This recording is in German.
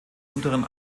unteren